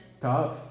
Tough